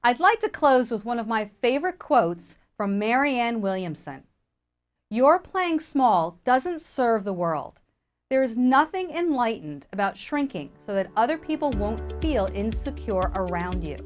i like to close with one of my favorite quotes from marianne williamson your playing small doesn't serve the world there is nothing enlightened about shrinking so that other people won't feel insecure around you